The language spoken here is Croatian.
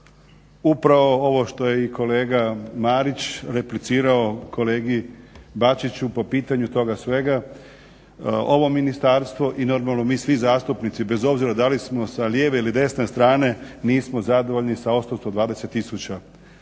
Upravo ovo što je i kolega Marić replicirao kolegi Bačiću po pitanju toga svega ovo ministarstvo i normalno mi svi zastupnici bez obzira da li smo sa lijeve ili desne strane nismo zadovoljni sa 820000.